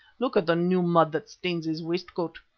look at the new mud that stains his waistcoat.